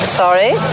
sorry